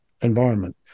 environment